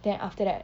then after that